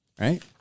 Right